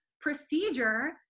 procedure